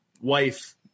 wife